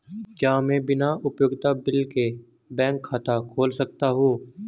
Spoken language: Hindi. क्या मैं बिना उपयोगिता बिल के बैंक खाता खोल सकता हूँ?